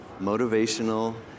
Motivational